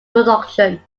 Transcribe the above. production